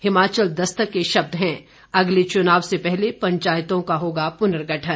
हिमाचल दस्तक के शब्द हैं अगले चुनाव से पहले पंचायतों का होगा पुनर्गठन